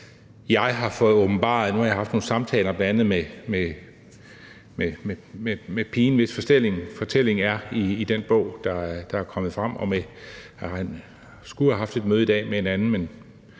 jeg har fået åbenbaret – jeg har bl.a. haft nogle samtaler med pigen, hvis fortælling er i den bog, der er kommet frem, og jeg skulle have haft et møde i dag med en anden, men